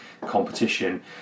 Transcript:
competition